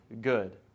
good